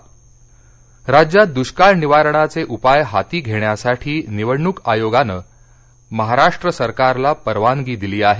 आचार संहिता शिथिल राज्यात द्ष्काळ निवारणाचे उपाय हाती घेण्यासाठी निवडणूक आयोगानं महाराष्ट्र सरकारला परवानगी दिली आहे